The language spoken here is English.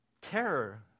terror